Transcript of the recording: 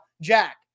Jack